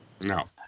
No